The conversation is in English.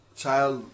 child